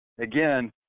again